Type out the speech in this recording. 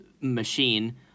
Machine